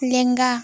ᱞᱮᱸᱜᱟ